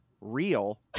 real